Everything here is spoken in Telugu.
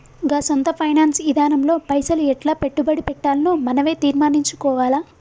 గా సొంత ఫైనాన్స్ ఇదానంలో పైసలు ఎట్లా పెట్టుబడి పెట్టాల్నో మనవే తీర్మనించుకోవాల